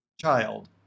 child